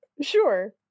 Sure